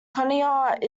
conneaut